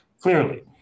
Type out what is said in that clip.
clearly